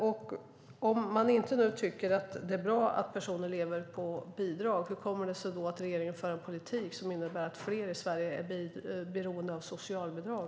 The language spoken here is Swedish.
Om regeringen inte tycker att det är bra att personer lever på bidrag, hur kommer det sig då att regeringen för en politik som innebär att fler i Sverige är beroende av socialbidrag?